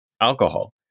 alcohol